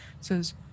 Says